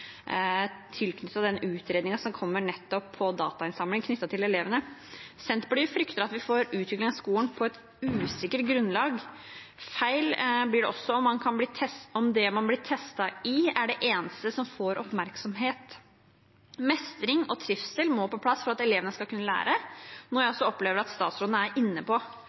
den utredningen som kommer om datainnsamling knyttet til elevene. Senterpartiet frykter at vi får utvikling av skolen på et usikkert grunnlag. Feil blir det også om det man blir testet i, er det eneste som får oppmerksomhet. Mestring og trivsel må på plass for at elevene skal kunne lære, noe jeg også opplever at statsråden er inne på.